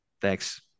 Thanks